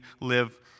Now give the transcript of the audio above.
live